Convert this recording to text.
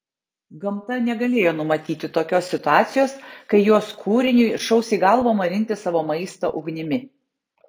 gamta negalėjo numatyti tokios situacijos kai jos kūriniui šaus į galvą marinti savo maistą ugnimi